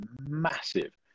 massive